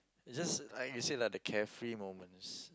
it's just like you said lah the carefree moments